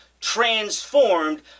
transformed